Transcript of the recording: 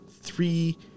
three